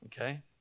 Okay